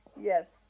Yes